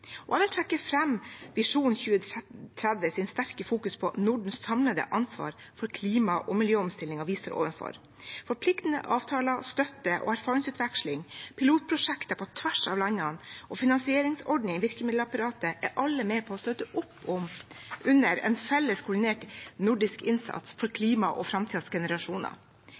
Jeg vil trekke fram Vår visjon 2030's sterke fokusering på Nordens samlede ansvar for klima- og miljøomstillingen vi står overfor. Forpliktende avtaler, støtte og erfaringsutveksling, pilotprosjekter på tvers av landene, finansieringsordning og virkemiddelapparatet er alt med på å støtte opp under en felles, koordinert nordisk innsats for klimaet og framtidens generasjoner.